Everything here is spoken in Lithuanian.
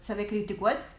save kritikuot